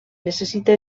necessita